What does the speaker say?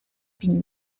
been